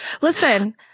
Listen